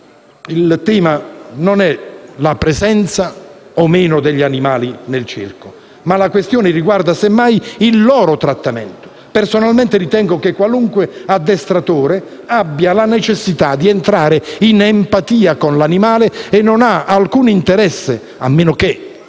il tema non è la presenza o meno degli animali nel circo. La questione riguarda semmai il loro trattamento. Personalmente ritengo che qualunque addestratore abbia necessità di entrare in empatia con l'animale e non abbia alcun interesse - a meno che